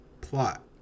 plot